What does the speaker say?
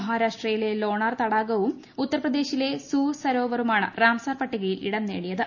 മഹാരാഷ്ട്രയിലെ ലോണാർ തടാകവും ഉത്തർ പ്രദേശിലെ സൂർ സരോവറുമാണ് രാംസർ പട്ടികയിൽ ഇടംനേടിയത്